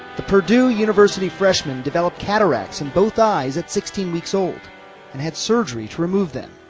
the purdue university freshman developed cataracts in both eyes at sixteen weeks old and had surgery to remove them.